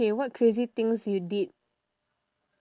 K what crazy things you did